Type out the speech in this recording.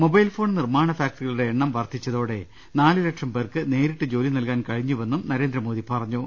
mobile phone നിർമ്മാണ ഫാക്ട റികളുടെ എണ്ണം വർദ്ധിച്ചതോടെ നാലു ലക്ഷം പേർക്ക് നേരിട്ട് ജോലി നൽകാൻ കഴിഞ്ഞുവെന്നും നരേന്ദ്രമോദി പറഞ്ഞു